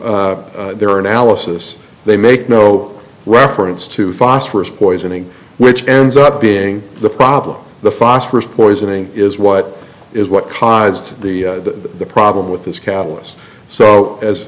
through their analysis they make no reference to phosphorus poisoning which ends up being the problem the phosphorus poisoning is what is what caused the the problem with this catalyst so as